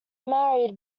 married